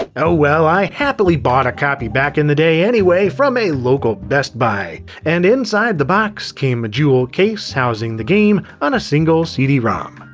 oh well, i happily bought a copy back in the day anyway from a local best buy. and inside the box came a jewel case housing the game on a single cd-rom.